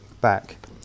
back